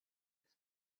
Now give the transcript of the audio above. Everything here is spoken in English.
his